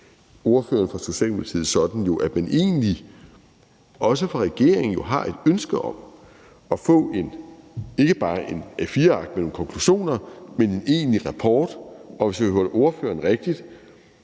ordføreren for Socialdemokratiet sådan, at man egentlig også fra regeringens side har et ønske om at få ikke bare et A4-ark med nogle konklusioner, men en egentlig rapport, og, hvis jeg hørte ordføreren rigtigt,